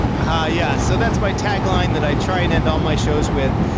um ah yeah, so that's my tagline that i try and end all my shows with.